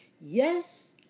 Yes